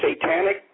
satanic